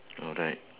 alright